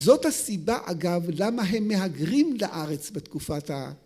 ‫זאת הסיבה, אגב, למה הם ‫מהגרים לארץ בתקופת ה...